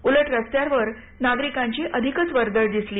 उलट रस्त्यांवर नागरिकांची अधिकच वर्दळ दिसली